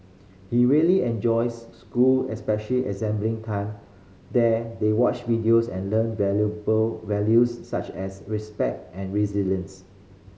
he really enjoys school especially assembly time there they watch videos and learn valuable values such as respect and resilience